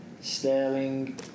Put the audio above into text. Sterling